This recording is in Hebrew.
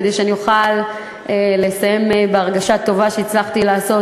כדי שאני אוכל לסיים בהרגשה טובה שהצלחתי לעשות